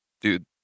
Dude